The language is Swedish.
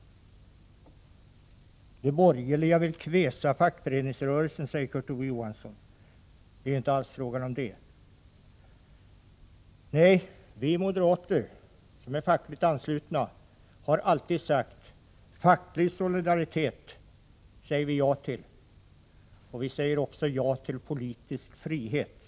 De borgerliga vill kväsa fackföreningsrörelsen, säger Kurt Ove Johansson. Det är inte alls fråga om det. Nej, vi moderater som är fackligt anslutna har alltid sagt ja till facklig solidaritet, men vi säger samtidigt ja till politisk frihet.